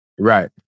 right